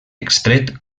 extret